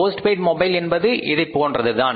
post paid mobile என்பதும் இதைப் போன்றதுதான்